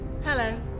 Hello